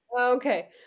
okay